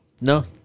no